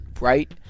right